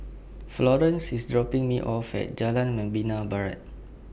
Florence IS dropping Me off At Jalan Membina Barat